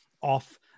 off